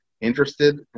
interested